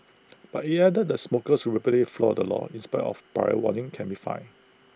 but IT added the smokers who repeatedly flout the law in spite of prior warnings can be fined